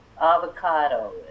avocado